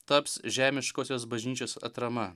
taps žemiškosios bažnyčios atrama